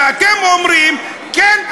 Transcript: ואתם אומרים: כן,